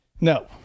No